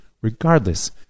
regardless